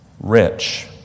rich